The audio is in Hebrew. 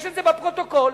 זה בפרוטוקול.